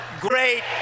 great